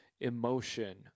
emotion